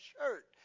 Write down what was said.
shirt